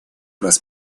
раз